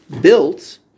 built